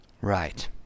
Right